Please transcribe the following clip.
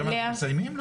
היום אנחנו מסיימים?